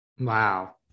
Wow